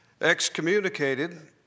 excommunicated